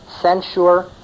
censure